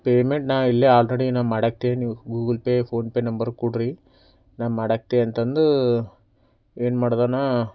payment ನಾ ಇಲ್ಲೆ already ನಾ ಮಾಡಾಕ್ತೀವಿ ನೀವು Google Pay PhonePe number ಕೊಡ್ರಿ ನಾ ಮಾಡಾಕ್ತೆ ಅಂತಂದು ಏನು ಮಾಡ್ದೆ ನಾ